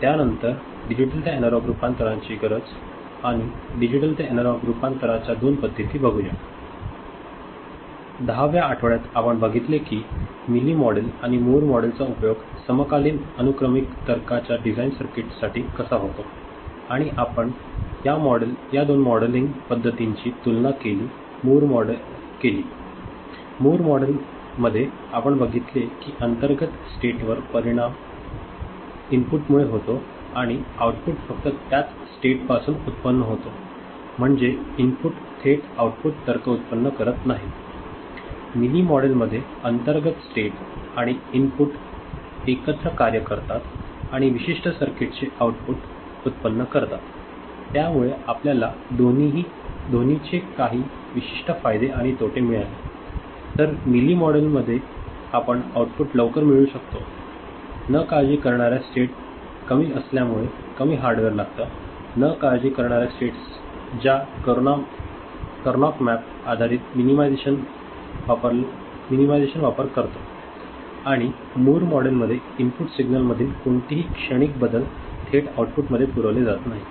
त्यानंतर डिजिटल ते अॅनालॉग रूपांतराची गरज आणि डिजिटल ते अॅनालॉग रूपांतराच्यादोन पद्धती बघूया दहाव्या आठवड्यात आपण बघितले की मिली मॉडेल आणि मूर मोडेल चा उपयोग समकालीन अनुक्रमिक तर्काच्या डिझाईन सर्किटसाठी कसा होतो आणि आपण पण या दोन मॉडेलिंग पद्धतींची तुलना केली मूर मॉडेलमध्ये आपण बघितले की अंतर्गत स्टेट वर परिणाम इनपुट मुळे होतो आणि आउटपुट फक्त त्याच स्टेट पासून उत्पन्न होतो म्हणजे इनपुट थेट आउटपुट तर्क उत्पन्न करत नाही मिली मॉडेलमध्ये अंतर्गत स्टेट आणि इनपुट एकत्र कार्य करतात आणि विशिष्ट सर्किट चे आउटपुट उत्पन्न करतात त्यामुळे आपल्याला दोन्हीचे काही विशिष्ट फायदे आणि तोटे मिळाले तर मिली मॉडेलमध्ये आपण आउटपुट लवकर मिळवू शकतो न काळजी करणाऱ्या स्टेट कमी असल्यामुळे कमी हार्डवेअर लागते न काळजी करणाऱ्या स्टेटस ज्या करनो मॅप आधारित मिनीमायझेशन वापर करतो आणि मूर मॉडेलमध्ये इनपुट सिग्नलमधील कोणतेही क्षणिक बदल थेट आउटपुटमध्ये पुरवले जात नाहीत